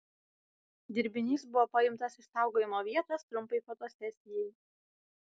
dirbinys buvo paimtas iš saugojimo vietos trumpai fotosesijai